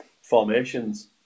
formations